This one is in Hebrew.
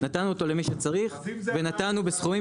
נתנו אותו למי שצריך ונתנו בסכומים